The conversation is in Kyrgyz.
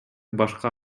башка